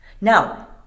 Now